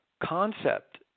concept